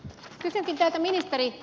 kysynkin teiltä ministeri